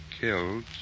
killed